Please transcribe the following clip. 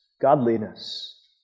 godliness